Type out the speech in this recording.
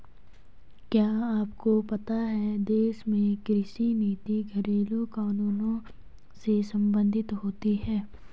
क्या आपको पता है देश में कृषि नीति घरेलु कानूनों से सम्बंधित होती है?